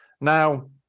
now